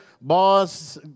boss